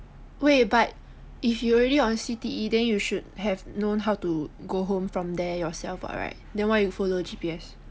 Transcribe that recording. wait but if you already on C_T_E then you should have known how to go home from there yourself what right then why you follow G_P_S